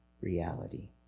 reality